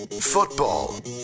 Football